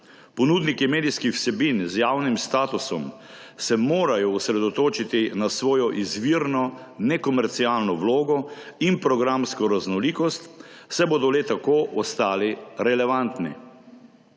Ponudniki medijskih vsebin z javnim statusom se morajo osredotočiti na svojo izvirno nekomercialno vlogo in programsko raznolikost, saj bodo le tako ostali relevantni.